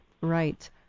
Right